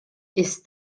ist